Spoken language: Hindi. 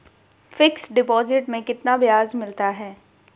फिक्स डिपॉजिट में कितना ब्याज मिलता है?